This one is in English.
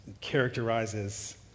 characterizes